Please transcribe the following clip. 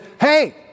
Hey